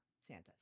Santa